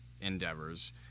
endeavors